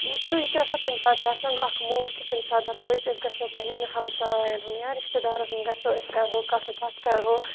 وُچھِو یہِ چھِ آسان کُنہِ ساتہٕ چھِ آسان اَکھ موٗڈ کہِ کُنہِ ساتہٕ دَپو أسۍ گَژھو پَنٕنٮ۪ن ہَمساؠَن ہُنٛد یا رِشتہٕ دارَن ہُنٛد گَژھو أسۍ کَرو کَتھ باتھ کَرہو